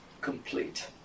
complete